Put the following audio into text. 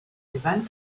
event